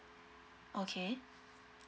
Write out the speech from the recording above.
okay